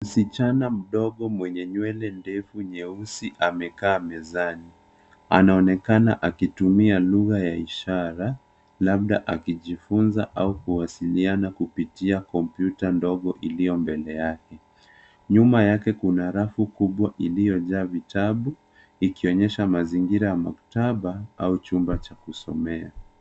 Msichana mdogo mwenye nywele ndefu nyeusi amekaa mezani anaonekana akitumia lugha ya ishara labda akujifunza au kuwasiliana kupitia komyuta ndogo iliyo mbele yake. Nyuma yake kuna rafu kubwa iliyojaa vitabu ikionyesha mazingira ya maktaba au chumba cha kusomea.